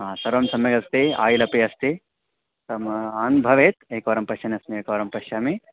हा सर्वं सम्यगस्ति आयिलपि अस्ति एकम् आन् भवेत् एकवारं पश्यन्नस्मि एकवारं पश्यामि